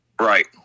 Right